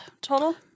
total